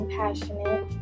passionate